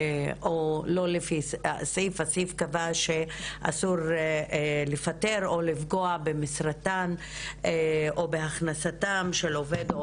הסעיף קבע שאסור לפטר או לפגוע במשרתן או בהכנסתן של עובד או